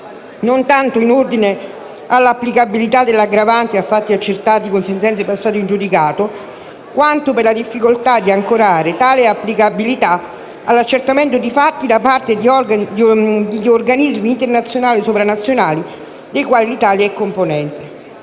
non tanto in ordine all'applicabilità dell'aggravante a fatti accertati in sentenze passate in giudicato, quanto per la difficoltà di ancorare tale applicabilità all'accertamento di fatti da parte di atti di organismi internazionali o sovranazionali dei quali l'Italia è componente.